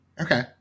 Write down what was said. Okay